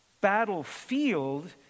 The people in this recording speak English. battlefield